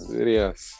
Serious